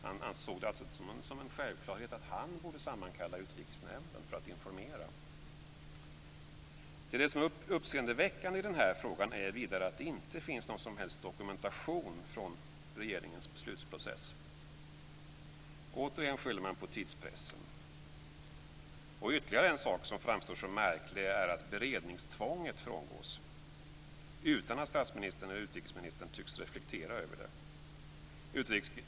Han ansåg det inte som en självklarhet att han borde sammankalla Utrikesnämnden för att informera. Till det som är uppseendeväckande i den här frågan är vidare att det inte finns någon som helst dokumentation från regeringens beslutsprocess. Återigen skyller man på tidspressen. Ytterligare en sak som framstår som märklig är att beredningstvånget frångås utan att statsministern eller utrikesministern tycks reflektera över det.